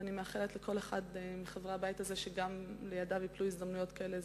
ואני מאחלת לכל אחד מחברי הבית הזה שגם לידיו ייפלו הזדמנויות כאלה.